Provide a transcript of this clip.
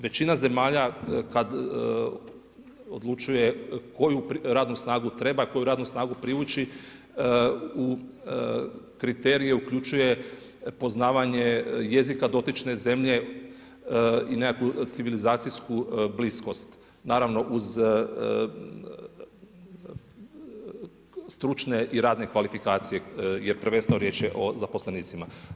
Većina zemalja kad odlučuje koju radnu nagu treba, koju radnu snagu privući, u kriteriju uključuje poznavanje jezika dotične zemlje i nekakvu civilizacijsku bliskost naravno uz stručne i radne kvalifikacije je prvenstveno riječ o zaposlenicima.